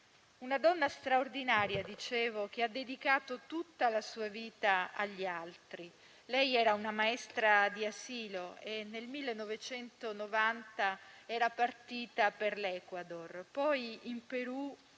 una donna straordinaria, che ha dedicato tutta la propria vita agli altri. Era una maestra di asilo e nel 1990 era partita per l'Ecuador. Si era